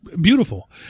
beautiful